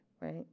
right